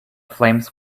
flames